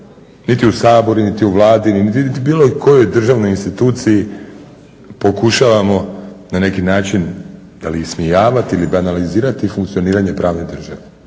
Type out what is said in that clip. niti u Saboru niti u Vladi niti u bilo kojoj državnoj instituciji pokušavamo na neki način da li ismijavati ili banalizirati funkcioniranje pravne države.